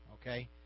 Okay